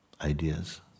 ideas